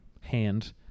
hand